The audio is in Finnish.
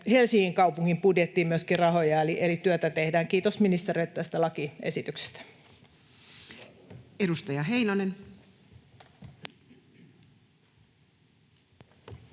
Helsingin kaupungin budjettiin myöskin rahoja, eli työtä tehdään. Kiitos ministerille tästä lakiesityksestä. Edustaja Heinonen. Arvoisa